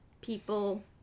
people